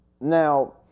now